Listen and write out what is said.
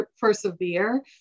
persevere